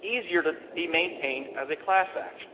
easier to be maintained as a class action.